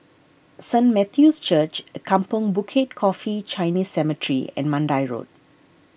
Saint Matthew's Church Kampong Bukit Coffee Chinese Cemetery and Mandai Road